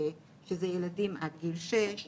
שזה ילדים עד גיל שש,